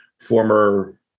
former